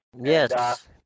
Yes